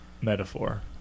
metaphor